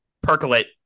percolate